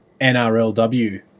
NRLW